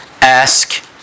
ask